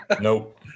Nope